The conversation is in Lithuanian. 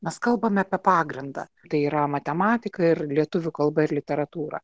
mes kalbame apie pagrindą tai yra matematika ir lietuvių kalba ir literatūra